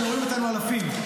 כשרואים אותנו אלפים.